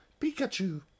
Pikachu